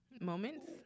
moments